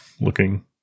looking